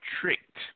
Tricked